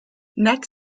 neck